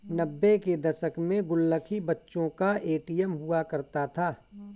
नब्बे के दशक में गुल्लक ही बच्चों का ए.टी.एम हुआ करता था